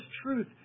truth